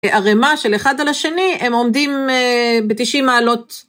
ערמה של אחד על השני הם עומדים בתשעים מעלות.